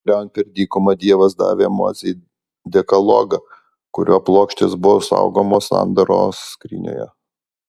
keliaujant per dykumą dievas davė mozei dekalogą kurio plokštės buvo saugomos sandoros skrynioje